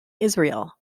israel